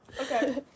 Okay